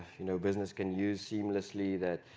you know, business can use seamlessly, that